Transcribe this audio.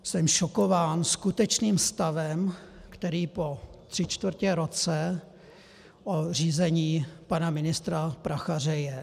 Jsem šokován skutečným stavem, který po tři čtvrtě roce řízení pana ministra Prachaře je.